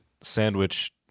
Sandwich